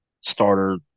starter